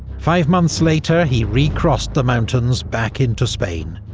five months later, he re-crossed the mountains back into spain,